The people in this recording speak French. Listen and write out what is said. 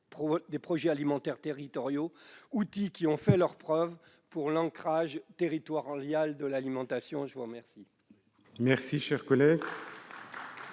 des projets alimentaires territoriaux, outils qui ont fait leurs preuves pour assurer l'ancrage territorial de l'alimentation. La parole